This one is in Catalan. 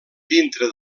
dintre